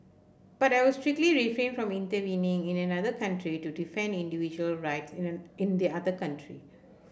but I would strictly refrain from intervening in another country to defend individual rights in a in the other country